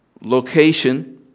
location